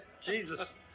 Jesus